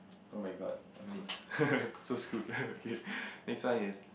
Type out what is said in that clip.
oh-my-god I'm so so screwed K next one is